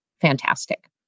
fantastic